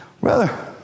brother